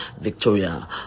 Victoria